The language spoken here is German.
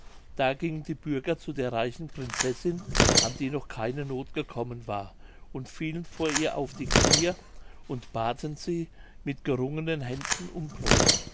da gingen die bürger zu der reichen prinzessin an die noch keine noth gekommen war und fielen vor ihr auf die kniee und baten sie mit gerungenen händen um brod